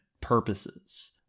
purposes